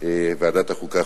ועדת החוקה,